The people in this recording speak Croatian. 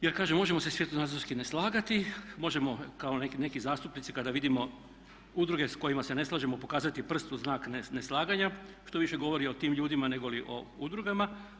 Ja kažem možemo se svjetonazorski ne slagati, možemo kao neki zastupnici kada vidimo udruge s kojima se ne slažemo pokazati prst u znak neslaganja što više govori o tim ljudima negoli o udrugama.